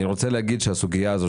אני רוצה להגיד שהסוגיה הזאת,